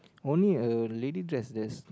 only a lady dress this